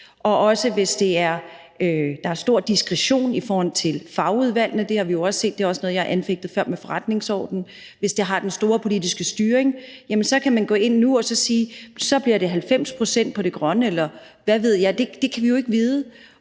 vægtet. Der er stor diskretion i forhold til fagudvalgene. Det har vi jo også set. Det er også noget, jeg har anfægtet før i forhold til forretningsordenen. Hvis det har den store politiske styring, jamen så kan man gå ind nu og sige, at så bliver det 90 pct. på det grønne, eller hvad ved jeg. Det kan vi jo ikke vide.